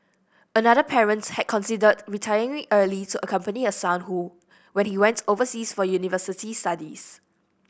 another parents had considered retiring early to accompany her son who when he went overseas for university studies